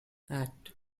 act